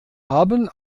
haben